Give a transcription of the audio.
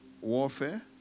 warfare